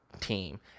team